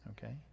Okay